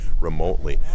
remotely